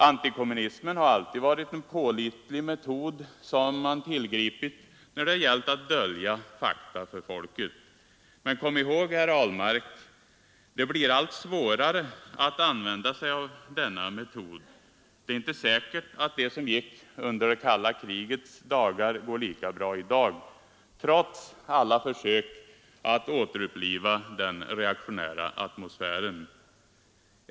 Antikommunismen har alltid varit en pålitlig metod som man tillgripit när det gällt att dölja fakta för folket. Men kom ihåg, herr Ahlmark, det blir allt svårare att använda sig av denna metod. Det är inte säkert att det som gick under det kalla krigets dagar går lika bra i dag, trots alla försök att återuppliva den reaktionära atmosfären.